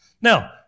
Now